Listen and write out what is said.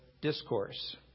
discourse